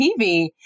TV